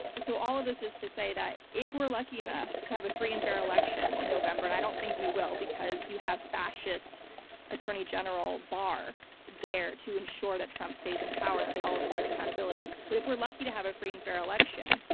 so all of this is to say that if we're lucky enough to have a free and fair election in november-and i don't think we will, because you have a fascist attorney general barr there to ensure that trump stays in power and that they all avoid accountability-but but if we're lucky to have a free and fair election,